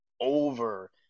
over